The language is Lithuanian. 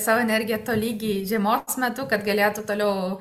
savo energiją tolygiai žiemos metu kad galėtų toliau